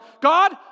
God